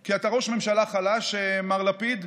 כי אתה ראש ממשלה חלש, מר לפיד,